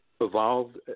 evolved